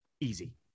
Easy